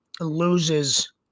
loses